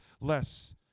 less